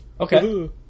Okay